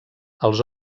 els